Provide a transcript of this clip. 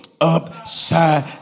upside